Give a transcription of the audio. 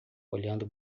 olhando